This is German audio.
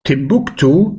timbuktu